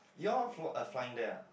you all fl~ uh flying there ah